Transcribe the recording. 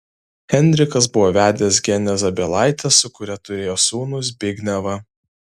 henrikas buvo vedęs genę zabielaitę su kuria turėjo sūnų zbignevą